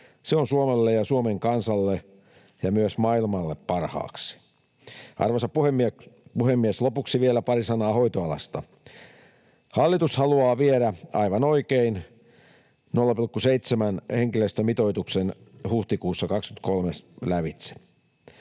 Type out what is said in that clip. Se on Suomelle ja Suomen kansalle ja myös maailmalle parhaaksi. Arvoisa puhemies! Lopuksi vielä pari sanaa hoitoalasta. Hallitus haluaa viedä, aivan oikein, 0,7:n henkilöstömitoituksen huhtikuussa 2023 lävitse.